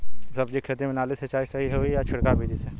सब्जी के खेती में नाली से सिचाई सही होई या छिड़काव बिधि से?